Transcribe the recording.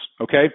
Okay